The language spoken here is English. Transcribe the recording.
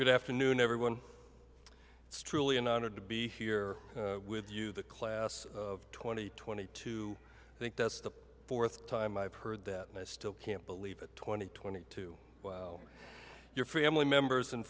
to afternoon everyone it's truly an honor to be here with you the class of twenty twenty two i think that's the fourth time i've heard that and i still can't believe it twenty twenty two wow your family members and